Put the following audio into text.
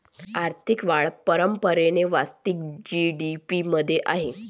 आर्थिक वाढ परंपरेने वास्तविक जी.डी.पी मध्ये आहे